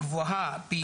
גבוהה פי